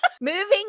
Moving